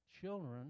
Children